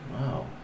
Wow